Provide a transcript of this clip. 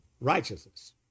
righteousness